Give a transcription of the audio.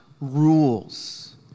rules